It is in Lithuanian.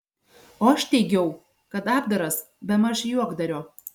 o aš teigiau kad apdaras bemaž juokdario